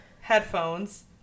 headphones